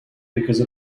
because